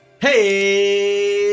Hey